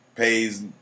pays